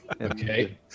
Okay